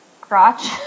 crotch